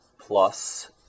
plus